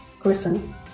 Griffin